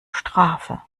strafe